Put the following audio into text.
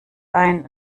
ein